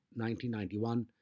1991